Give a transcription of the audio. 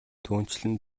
түүнчлэн